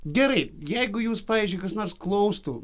gerai jeigu jūs pavyzdžiui kas nors klaustų